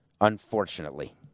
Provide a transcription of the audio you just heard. Unfortunately